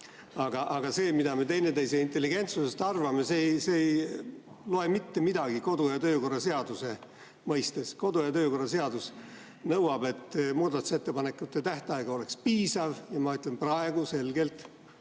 Aga see, mida me teineteise intelligentsusest arvame, ei loe mitte midagi kodu‑ ja töökorra seaduse mõistes. Kodu‑ ja töökorra seadus nõuab, et muudatusettepanekute tähtaeg oleks piisav ja ma ütlen praegu selgelt,